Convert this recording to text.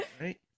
right